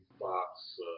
Fox